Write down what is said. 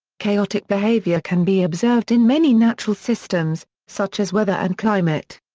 chaotic behavior can be observed in many natural systems, such as weather and climate.